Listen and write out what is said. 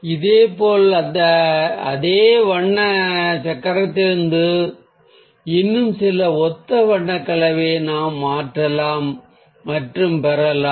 இதேபோல் அதே வண்ண சக்கரத்திலிருந்து இன்னும் சில ஒத்த வண்ண கலவையை நாம் மாற்றலாம் மற்றும் பெறலாம்